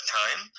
time